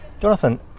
Jonathan